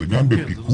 זה גן בפיקוח,